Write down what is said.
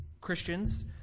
Christians